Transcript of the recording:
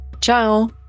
Ciao